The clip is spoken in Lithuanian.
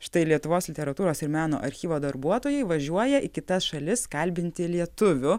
štai lietuvos literatūros ir meno archyvo darbuotojai važiuoja į kitas šalis kalbinti lietuvių